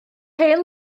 hen